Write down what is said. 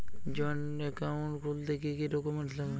Joint account খুলতে কি কি ডকুমেন্টস লাগবে?